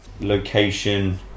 Location